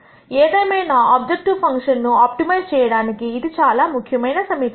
ఏదేమైనా objective function ను optimise చేయడానికి ఇది చాలా ముఖ్యమైన సమీకరణం